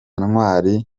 ntwari